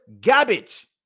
garbage